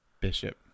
Bishop